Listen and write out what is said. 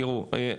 תראו,